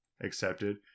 accepted